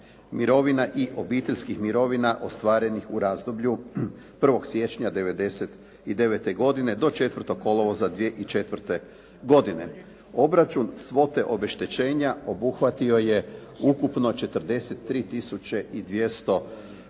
mirovina i obiteljskih mirovina ostvarenih u razdoblju 1. siječnja 99. godine do 4. kolovoza 2004. godine. Obračun svote obeštećenja obuhvatio je ukupno 43 tisuće